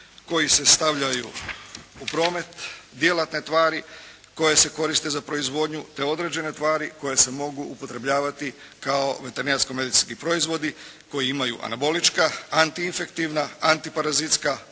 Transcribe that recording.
koji se stavljaju u promet, djelatne tvari koje se koriste za proizvodnju te određene tvari koje se mogu upotrebljavati kao veterinarsko-medicinski proizvodi koji imaju anabolička, antiinfektivna, antiparazitska,